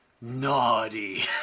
naughty